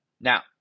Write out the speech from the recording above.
Now